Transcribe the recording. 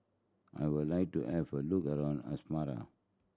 I would like to have a look around Asmara